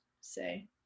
say